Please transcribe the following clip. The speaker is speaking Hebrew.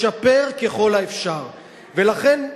לכן,